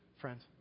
Friends